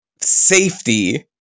safety